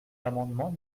l’amendement